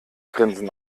grinsen